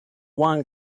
one